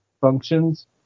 functions